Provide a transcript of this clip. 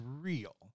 real